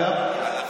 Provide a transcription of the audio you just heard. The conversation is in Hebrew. אגב,